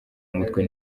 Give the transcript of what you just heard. mutwe